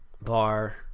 bar